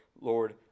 Lord